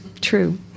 true